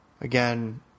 again